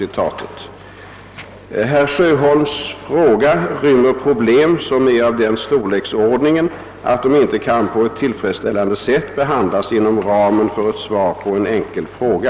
Herr Sjöholms fråga rymmer problem som är av den storleksordningen att de inte kan på ett tillfredsställande sätt behandlas inom ramen för ett svar på en enkel fråga.